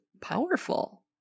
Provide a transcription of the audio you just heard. powerful